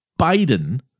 Biden